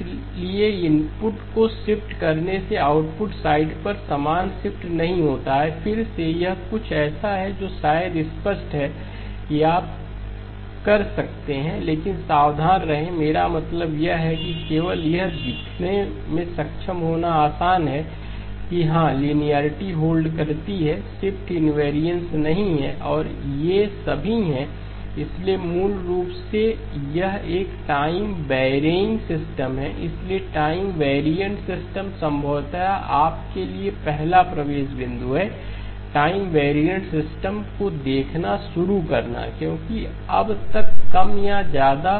इसलिए इनपुट को शिफ्ट करने से आउटपुट साइड पर समान शिफ्ट नहीं होता है फिर से यह कुछ ऐसा है जो शायद स्पष्ट है कि आप कर सकते हैं लेकिन सावधान रहें मेरा मतलब यह है कि केवल यह दिखाने में सक्षम होना आसान है कि हाँ लीनियारिटी होल्ड करती है शिफ्ट इनवेरियनस नहीं है और ये सभी हैं इसलिए मूल रूप से यह एक टाइम बैरिंग सिस्टम है इसलिए टाइम वैरीअंटसिस्टम संभवतया आपके लिए पहला प्रवेश बिंदु है टाइम वेरिएंट सिस्टम को देखना शुरू करना क्योंकि अब तक कम या ज्यादा